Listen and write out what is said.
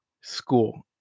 school